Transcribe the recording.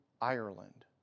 Ireland